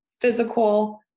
physical